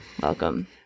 welcome